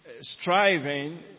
striving